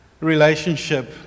relationship